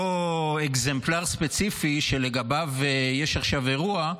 אותו אקזמפלר ספציפי שלגביו יש עכשיו אירוע,